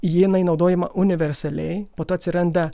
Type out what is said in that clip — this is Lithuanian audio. jinai naudojama universaliai po to atsiranda